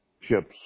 ships